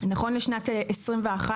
נכון לשנת 2021,